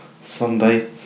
Sunday